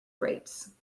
grapes